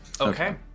okay